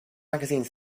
magazine